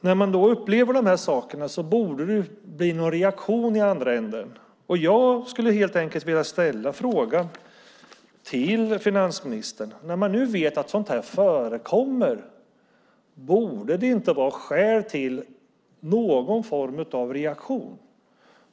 När man upplever de här sakerna borde det bli någon reaktion i andra änden, och jag skulle helt enkelt vilja ställa frågan till finansministern: När man vet att sådant här förekommer, borde det inte ge skäl till någon form av reaktion?